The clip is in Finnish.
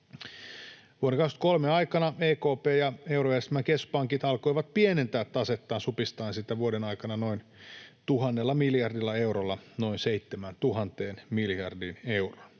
Vuoden 23 aikana EKP ja eurojärjestelmän keskuspankit alkoivat pienentää tasettaan supistaen sitä vuoden aikana noin 1 000 miljardilla eurolla noin 7 000 miljardiin euroon.